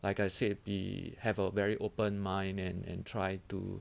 like I said be have a very open mind and and try to